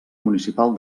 municipal